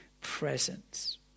presence